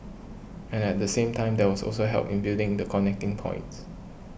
and at the same time there was also help in building the connecting points